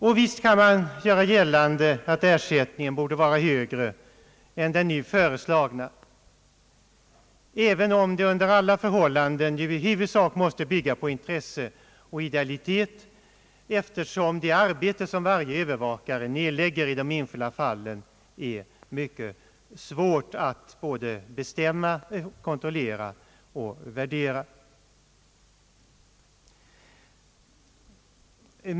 Och visst kan man göra gällande att ersättningen borde vara högre än den nu föreslagna, även om vi under alla förhållanden i huvudsak måste bygga på intresse och idealitet, eftersom det arbete som varje övervakare nedlägger i de enskilda fallen är mycket svårt att bestämma, kontrollera och värdera.